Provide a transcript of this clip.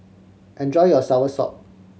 enjoy your soursop